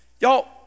y'all